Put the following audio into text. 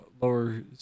lower